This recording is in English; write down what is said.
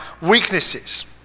weaknesses